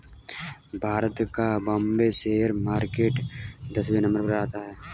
भारत का Bombay share market दसवें number पर आता है